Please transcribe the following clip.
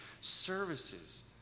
services